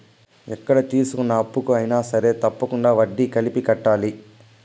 ఎక్కడ తీసుకున్న అప్పుకు అయినా సరే తప్పకుండా వడ్డీ కలిపి కట్టాలి